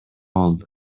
болду